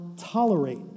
tolerate